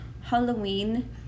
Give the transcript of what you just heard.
Halloween